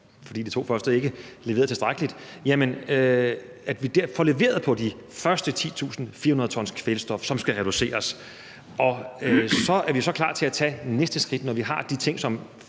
fordi de to første planer ikke leverede tilstrækkeligt, og at vi får leveret på de første 10.400 t kvælstof, som skal reduceres. Og så er vi så klar til at tage næste skridt, når vi har de ting, som